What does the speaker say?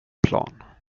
plan